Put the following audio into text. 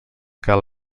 cal